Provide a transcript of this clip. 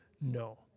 no